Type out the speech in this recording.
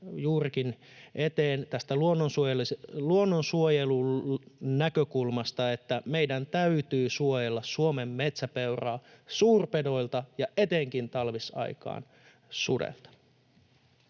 juurikin tästä luonnonsuojelun näkökulmasta, että meidän täytyy suojella Suomen metsäpeuraa suurpedoilta ja etenkin talvisaikaan sudelta.